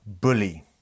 bully